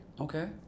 Okay